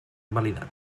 validat